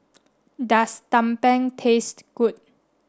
does Tumpeng taste good